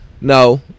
no